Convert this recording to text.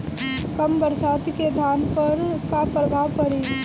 कम बरसात के धान पर का प्रभाव पड़ी?